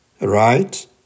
right